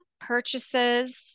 purchases